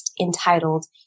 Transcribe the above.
entitled